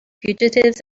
fugitives